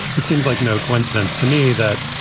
that seems like no coincidence to me that,